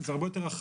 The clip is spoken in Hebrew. והדבר השלישי,